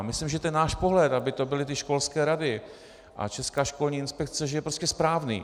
Myslím, že ten náš pohled, aby to byly ty školské rady a Česká školní inspekce, je prostě správný.